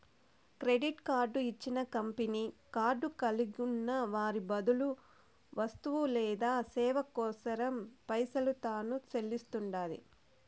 credit card ఇచ్చిన company card కలిగున్న వారి బదులు వస్తువు లేదా సేవ కోసరం పైసలు తాను సెల్లిస్తండాది